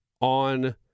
on